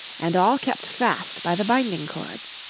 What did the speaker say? and all kept fast by the binding cords.